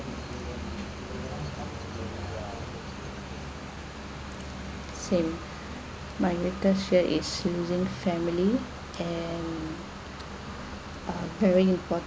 same my greatest fear is losing family and uh very important